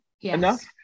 enough